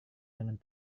dengan